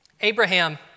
Abraham